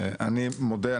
אני מודה,